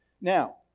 Now